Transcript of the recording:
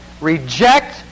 Reject